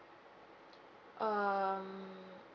um